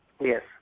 Yes